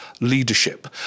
leadership